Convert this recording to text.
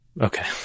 Okay